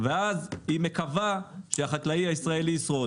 ואז גם מקווה שהחקלאי הישראלי ישרוד.